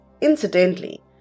incidentally